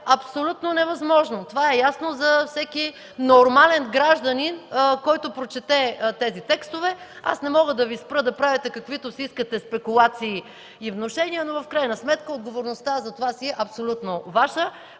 абсолютно невъзможно! Това е ясно за всеки нормален гражданин, който прочете тези текстове. Не мога да Ви спра да правите каквито си искате спекулации и внушения, но в крайна сметка отговорността за това си е абсолютно Ваша.